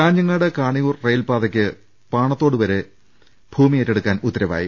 കാഞ്ഞങ്ങാട് കാണിയൂർ റെയിൽപാതക്ക് പാണത്തോട് വരെ ഭൂമിയേറ്റെടുക്കാൻ ഉത്തരവായി